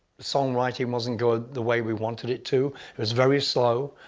song writing wasn't good, the way we wanted it to. it was very slow.